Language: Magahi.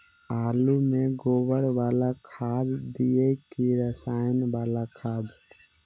आलु में गोबर बाला खाद दियै कि रसायन बाला खाद?